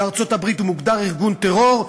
בארצות-הברית הוא מוגדר ארגון טרור,